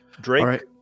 Drake